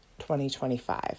2025